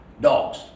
Dogs